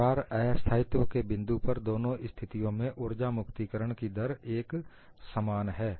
दरार अस्थायित्व के बिंदु पर दोनों स्थितियों में उर्जा मुक्तिकरण की दर एक समान है